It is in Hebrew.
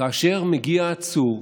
כאשר מגיע עצור,